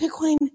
Bitcoin